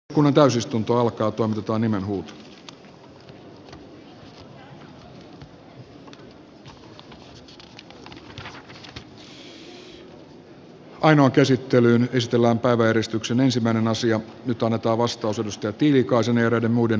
ainoa käsittelyyn nipistellä päiväjärjestyksen ensimmäinen asia nyt annetaan vastaus kimmo tiilikaisen ynnä muuta